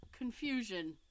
Confusion